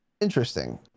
Interesting